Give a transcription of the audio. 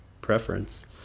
preference